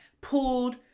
pulled